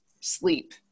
sleep